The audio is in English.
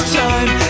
time